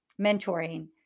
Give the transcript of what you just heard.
mentoring